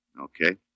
Okay